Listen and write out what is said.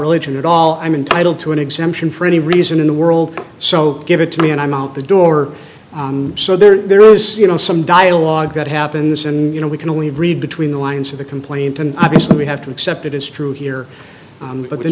religion at all i'm entitled to an exemption for any reason in the world so give it to me and i'm out the door so there is some dialogue that happens and you know we can only read between the lines of the complaint and obviously we have to accept it is true here but the